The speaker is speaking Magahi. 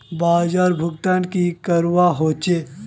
बाजार भुगतान की करवा होचे?